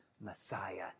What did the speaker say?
Messiah